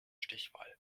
stichwahl